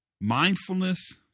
Mindfulness